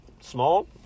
small